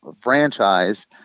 franchise